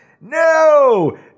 No